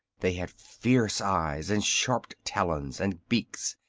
they had fierce eyes and sharp talons and beaks,